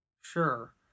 Sure